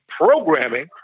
programming